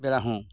ᱵᱮᱲᱟ ᱦᱚᱸ